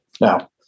Now